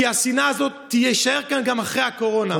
כי השנאה הזאת תישאר כאן גם אחרי הקורונה.